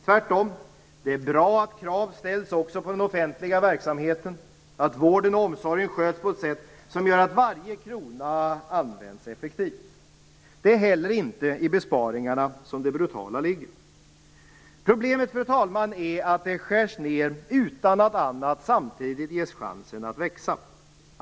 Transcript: Tvärtom är det bra att krav ställs också på den offentliga verksamheten, att vården och omsorgen sköts på ett sätt som gör att varje krona används effektivt. Det är heller inte i besparingarna som det brutala ligger. Problemet är att det skärs ned utan att annat samtidigt ges chansen att växa.